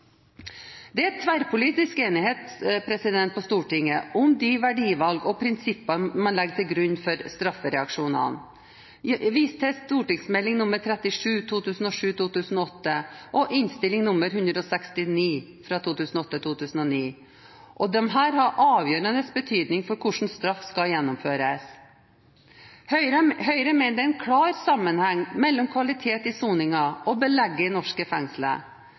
Det er tverrpolitisk enighet på Stortinget om de verdivalg og prinsipper man legger til grunn for straffereaksjonene, jf. St.meld. nr. 37 for 2007–2008 og Innst. S. nr. 169 for 2008–2009, og disse har avgjørende betydning for hvordan straff skal gjennomføres. Høyre mener det er en klar sammenheng mellom kvalitet i soningen og belegget i norske fengsler.